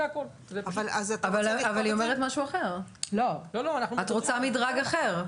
אבל היא אומרת משהו אחר, את רוצה מדרג אחר.